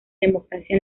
democracia